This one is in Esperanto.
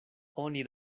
oni